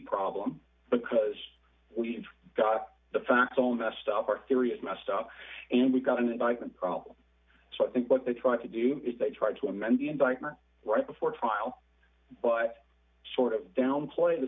problem because we've got the facts all messed up our theory is messed up and we've got an indictment problem so i think what they tried to do is they tried to amend the indictment right before trial but sort of downplay the